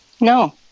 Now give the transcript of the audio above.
No